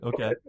Okay